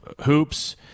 hoops